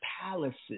palaces